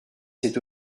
cet